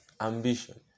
Ambition